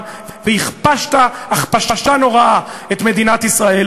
והכפשת הכפשה נוראה את מדינת ישראל,